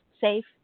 safe